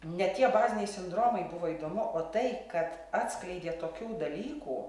ne tie baziniai sindromai buvo įdomu o tai kad atskleidė tokių dalykų